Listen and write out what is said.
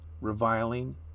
reviling